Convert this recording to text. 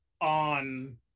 on